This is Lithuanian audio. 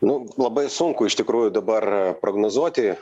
nu labai sunku iš tikrųjų dabar prognozuoti